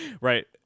Right